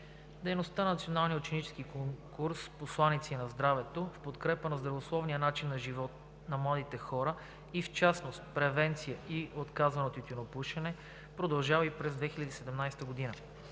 Дейността на Националния ученически конкурс „Посланици на здравето“ в подкрепа на здравословния начин на живот на младите хора и в частност – превенция и отказване от тютюнопушене, продължава и през 2017 г.